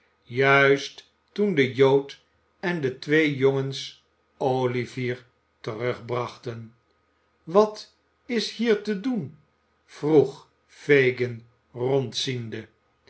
juist toen de jood en de twee jongens olivier terugbrachten wat is hier te doen vroeg fagin